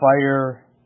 fire